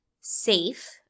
safe